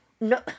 No